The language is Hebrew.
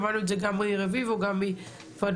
שמענו את זה גם מיאיר רביבו,